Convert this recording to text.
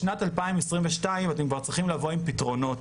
בשנת 2022 אתם כבר צריכים לבוא עם פתרונות